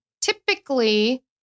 typically